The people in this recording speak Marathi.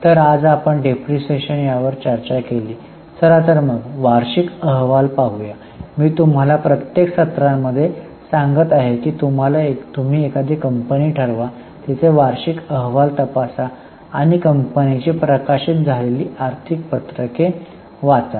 तर आज आपण डिप्रीशीएशन यावर चर्चा केली चला तर मग वार्षिक अहवाल पाहूया मी तुम्हाला प्रत्येक सत्रामध्ये सांगत आहे की तुम्ही एखादी कंपनी ठरवा तिचे वार्षिक अहवाल तपासा आणि कंपनीची प्रकाशित झालेली आर्थिक पत्रके वाचा